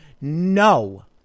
no